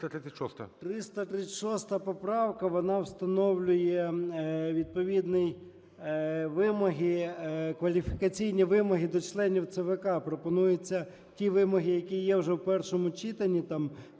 336 поправка, вона встановлює відповідні вимоги, кваліфікаційні вимоги до членів ЦВК. Пропонується ті вимоги, які є вже в першому читанні,